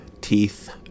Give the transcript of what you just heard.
teeth